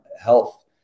health